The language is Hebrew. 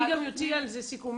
אני גם אוציא על זה סיכום.